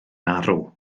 arw